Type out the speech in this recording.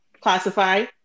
classify